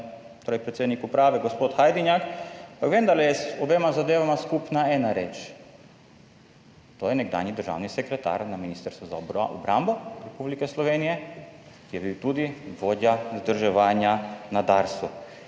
torej predsednik uprave gospod Hajdinjak, pa vendarle je z obema zadevama skupna ena reč. To je nekdanji državni sekretar na Ministrstvu za obrambo Republike Slovenije, ki je bil tudi vodja vzdrževanja na Darsu.